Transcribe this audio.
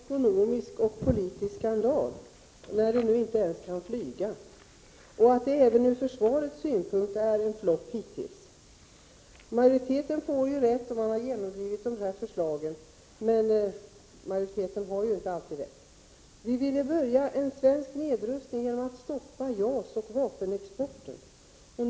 Fru talman! Jag vill betona att JAS-projektet är en ekonomisk och politisk skandal eftersom planet inte ens kan flyga. Även från försvarets synpunkt är det hittills en flopp. Majoriteten får ju rätt, och majoriteten har genomdrivit dessa förslag. Men majoriteten har ju inte alltid rätt. Vi vill börja en svensk nedrustning genom att stoppa JAS och vapenexporten.